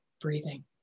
breathing